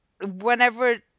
whenever